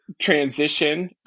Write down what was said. transition